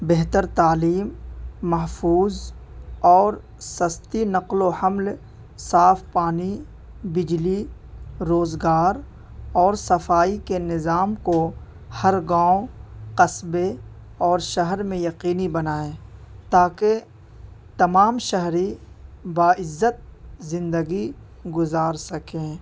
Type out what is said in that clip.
بہتر تعلیم محفوظ اور سستی نقل و حمل صاف پانی بجلی روزگار اور صفائی کے نظام کو ہر گاؤں قصبے اور شہر میں یقینی بنائیں تاکہ تمام شہری با عزت زندگی گزار سکیں